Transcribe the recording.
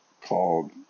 called